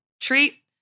treat